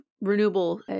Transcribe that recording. renewable